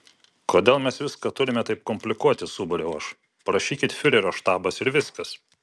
kodėl mes viską turime taip komplikuoti subariau aš parašykit fiurerio štabas ir viskas